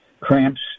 cramps